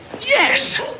Yes